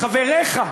חבריך.